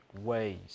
ways